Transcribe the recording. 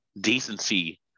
decency